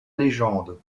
légende